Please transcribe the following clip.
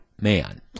man